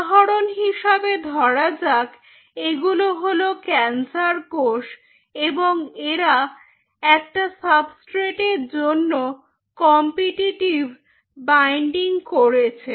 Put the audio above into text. উদাহরন হিসাবে ধরা যাক এগুলো হলো ক্যান্সার কোষ এবং এরা একটা সাবস্ট্রেট এর জন্য কম্পিটিটিভ বাইন্ডিং করেছে